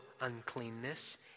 uncleanness